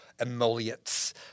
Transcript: emollients